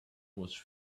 was